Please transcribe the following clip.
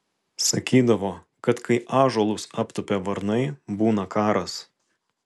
sakydavo kad kai ąžuolus aptupia varnai būna karas